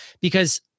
because-